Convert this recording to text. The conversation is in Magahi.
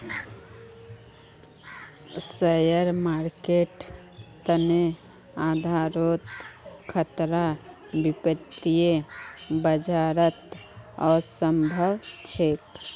शेयर मार्केटेर तने आधारोत खतरा वित्तीय बाजारत असम्भव छेक